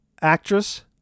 actress